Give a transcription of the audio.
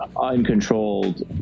uncontrolled